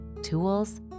tools